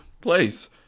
place